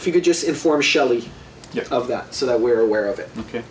if you could just inform shelley of that so that we're aware of it ok